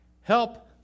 Help